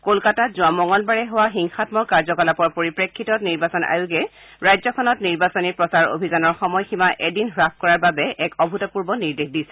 কলকাতাত যোৱা মঙলবাৰে হোৱা হিংসামক কাৰ্যকলাপৰ পৰিপ্ৰেক্ষিতত নিৰ্বাচন আয়োগে ৰাজ্যখনত নিৰ্বাচনী প্ৰচাৰ অভিযানৰ সময়সীমা এদিন হাস কৰাৰ বাবে এক অভূতপূৰ্ব নিৰ্দেশ দিছে